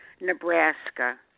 Nebraska